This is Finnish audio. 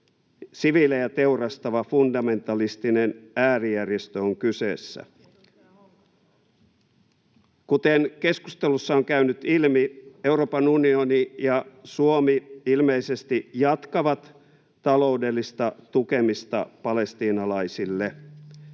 siviilejä teurastava fundamentalistinen äärijärjestö on kyseessä. [Sanna Antikainen: Paitsi edustaja Honkasalo!] Kuten keskustelussa on käynyt ilmi, Euroopan unioni ja Suomi ilmeisesti jatkavat taloudellista tukemista palestiinalaisille.